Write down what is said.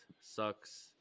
sucks